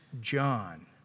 John